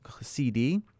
CD